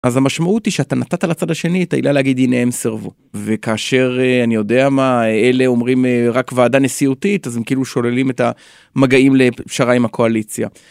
אז המשמעות היא שאתה נתת לצד השני את העילה להגיד: הנה הם סרבו. וכאשר, אני יודע מה, אלה אומרים: רק ועדה נשיאותית, אז הם כאילו שוללים את המגעים לפשרה עם הקואליציה.